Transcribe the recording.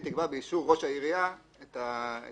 היא תקבע באישור ראש העירייה את הכללים,